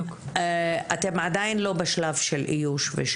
אתם עדיין לא בשלב של איוש?